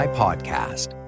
podcast